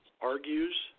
argues